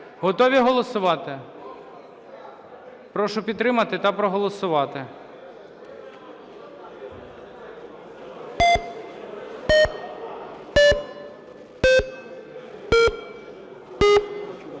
Готові голосувати? Прошу підтримати та проголосувати.